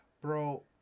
bro